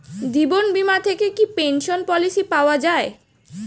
জীবন বীমা থেকে কি পেনশন পলিসি পাওয়া যায়?